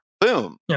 Boom